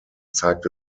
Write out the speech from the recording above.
zeigte